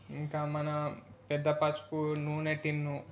ఇంకా మన పెద్ద పసుపు నూనె టిన్ను